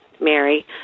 Mary